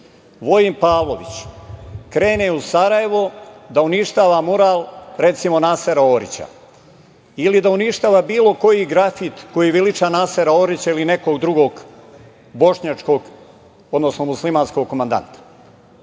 Vojin Pavlović, krene u Sarajevo da uništava mural, recimo, Nasera Orića ili da uništava bilo koji grafit koji veliča Nasera Orića ili nekog drugog bošnjačkog, odnosno muslimanskog komandanta